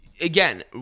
Again